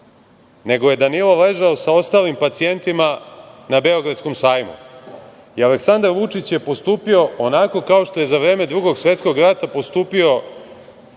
nego je Danilo ležao sa ostalim pacijentima na Beogradskom sajmu. Aleksandar Vučić je postupio onako kao što je kao za vreme Drugog svetskog rata postupio